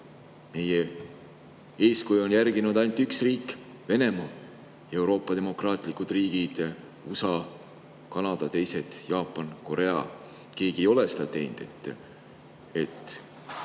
Meie eeskuju on järginud ainult üks riik – Venemaa. Euroopa demokraatlikud riigid ega USA, Kanada, Jaapan, Korea – keegi ei ole seda teinud.